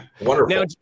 Wonderful